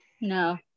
no